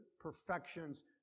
perfections